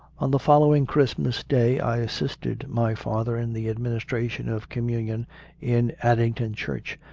on the following christmas day i assisted my father in the administration of communion in addington church,